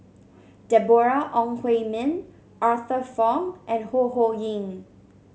Deborah Ong Hui Min Arthur Fong and Ho Ho Ying